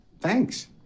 Thanks